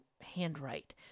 handwrite